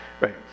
right